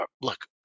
look